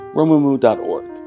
romumu.org